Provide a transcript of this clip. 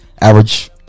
Average